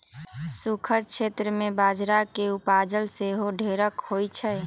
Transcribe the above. सूखक क्षेत्र में बजरा के उपजा सेहो ढेरेक होइ छइ